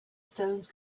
stones